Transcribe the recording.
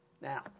Now